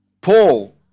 Paul